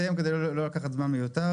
אסיים כדי לא לקחת זמן מיותר.